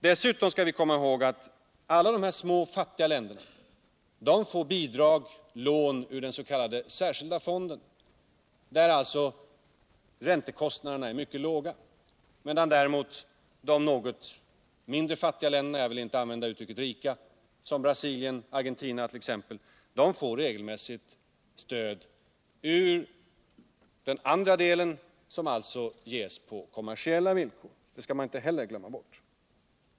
Dessutom får alla dessa små och fattiga länder bidrag och lån ur den s.k. särskilda fonden, där räntekostnaderna är mycket låga, medan däremot de något mindre fattiga länderna — jag vill inte använda uttrycket ”rika” — som t.ex. Argentina och Brasilien regelmässigt får stöd som ges på kommersiella villkor. Det skall man inte heller glömma bort.